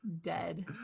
Dead